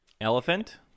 Elephant